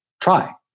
try